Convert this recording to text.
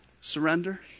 surrender